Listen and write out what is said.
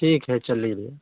ठीक है चली लीजिए